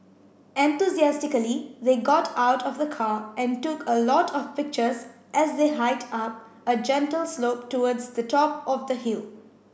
enthusiastically they got out of the car and took a lot of pictures as they hiked up a gentle slope towards the top of the hill